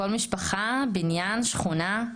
כל משפחה, בניין, שכונה?